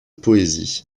poésies